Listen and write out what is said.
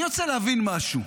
אני רוצה להבין משהו: